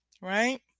right